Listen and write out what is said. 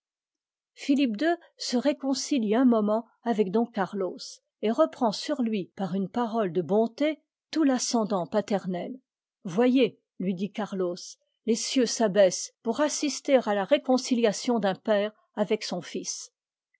philippe ii se réconcilie un moment avec don carlos et reprend sur lui par une parole de bonté tout l'ascendant paternel voyez lui dit cc carlos les cieux s'abaissent pour assister à la réconciliation d'un père avec son fils